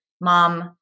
mom